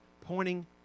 pointing